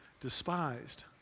despised